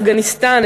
אפגניסטן,